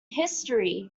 history